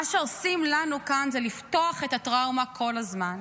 מה שעושים לנו כאן זה לפתוח את הטראומה כל הזמן.